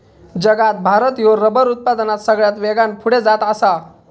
जगात भारत ह्यो रबर उत्पादनात सगळ्यात वेगान पुढे जात आसा